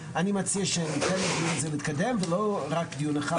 אני מציע שניתן לדיון הזה להתקדם ולא רק דיון אחד.